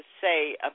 say